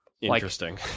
Interesting